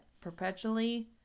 Perpetually